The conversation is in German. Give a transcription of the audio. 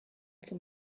zum